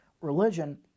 religion